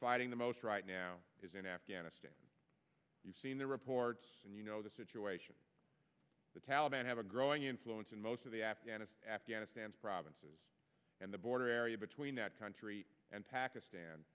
fighting the most right now is in afghanistan you've seen the reports and you know the situation the taliban have a growing influence in most of the afghanistan afghanistan's provinces and the border area between that country and pakistan